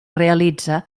realitza